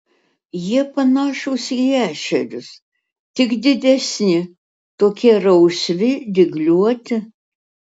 jie panašūs į ešerius tik didesni tokie rausvi dygliuoti